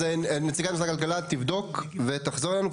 אז נציגת משרד הכלכלה תבדוק ותחזור אלינו.